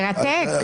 מרתק?